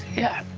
yeah.